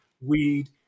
weed